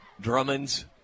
Drummond's